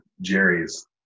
Jerry's